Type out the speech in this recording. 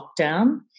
lockdown